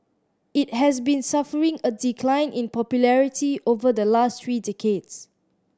it has been suffering a decline in popularity over the last three decades